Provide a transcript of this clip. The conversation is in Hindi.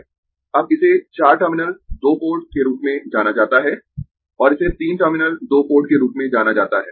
अब इसे 4 टर्मिनल दो पोर्ट के रूप में जाना जाता है और इसे 3 टर्मिनल दो पोर्ट के रूप में जाना जाता है